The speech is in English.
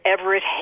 Everett